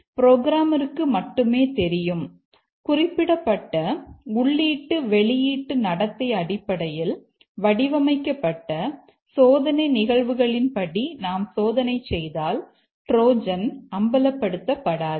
புரோகிராமருக்கு மட்டுமே தெரியும் குறிப்பிடப்பட்ட உள்ளீட்டு வெளியீட்டு நடத்தை அடிப்படையில் வடிவமைக்கப்பட்ட சோதனை நிகழ்வுகளின்படி நாம் சோதனை செய்தால் ட்ரோஜன் அம்பலப்படுத்தப்படாது